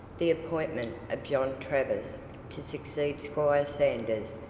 the appointment of john travers to succeed squire sanders,